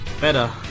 Better